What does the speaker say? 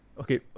Okay